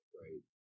right